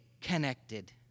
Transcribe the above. connected